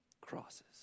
Crosses